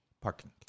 Parking